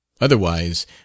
Otherwise